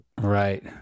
Right